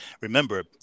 remember